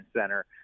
center